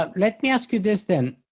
um let me ask you this then.